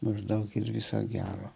maždaug ir viso gero